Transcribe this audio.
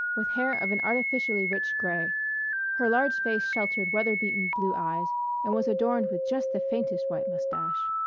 with hair of an artificially rich gray her large face sheltered weather-beaten blue eyes and was adorned with just the faintest white mustache.